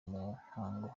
umuhango